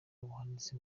buhanitse